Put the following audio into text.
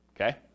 okay